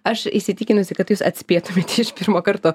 aš įsitikinusi kad jūs atspėtumėte iš pirmo karto